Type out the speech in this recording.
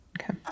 Okay